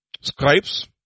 scribes